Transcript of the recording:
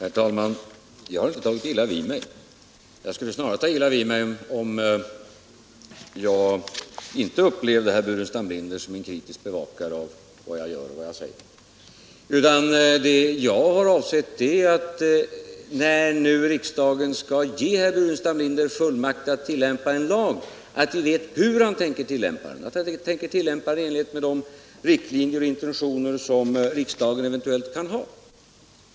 Herr talman! Jag har inte tagit illa vid mig; jag skulle snarare ta illa vid mig om jag inte upplevde herr Burenstam Linder som en kritisk bevakare av vad jag gör och vad jag säger! Det jag har avsett är att vi, när nu riksdagen skall ge herr Burenstam Linder fullmakt att tillämpa en lag, bör få veta hur han tänker tillämpa den och att han tänker tillämpa den enligt de intentioner och riktlinjer som riksdagen eventuellt har angett.